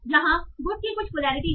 यहां गुड की कुछ पोलैरिटी है